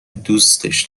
دوستش